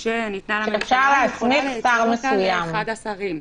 בתוך שש שעות תתכנס ועדת החוקה,